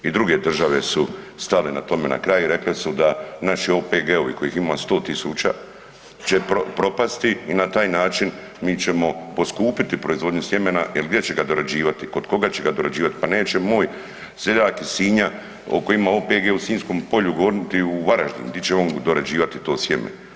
I druge države su stale na tome na kraj i rekle su da naši OPG-ovi kojih ima 100.000 će propasti i na taj način mi ćemo poskupiti proizvodnju sjemena jel gdje će ga dorađivati, kod koga će ga dorađivat, pa neće moj seljak iz Sinja koji ima OPG u Sinjskom polju goniti u Varaždin, di će on dorađivat to sjeme.